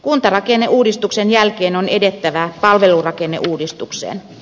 kuntarakenneuudistuksen jälkeen on edettävä palvelurakenneuudistukseen